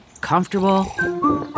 Comfortable